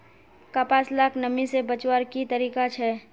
कपास लाक नमी से बचवार की तरीका छे?